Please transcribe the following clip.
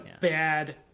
bad